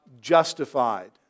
justified